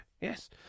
yes